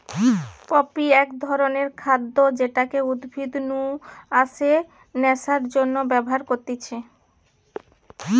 poppy এক ধরণের খাদ্য যেটা উদ্ভিদ নু আসে নেশার জন্যে ব্যবহার করতিছে